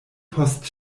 post